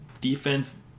defense